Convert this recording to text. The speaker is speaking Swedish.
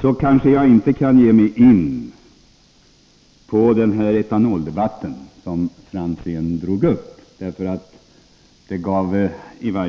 Jag skall inte ge mig in i den debatt om etanol som Ivar Franzén tog upp. Det skulle kanske leda